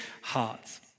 hearts